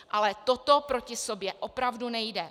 Ale toto proti sobě opravdu nejde.